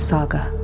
Saga